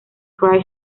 cry